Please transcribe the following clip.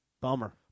Bummer